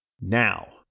Now